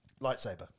Lightsaber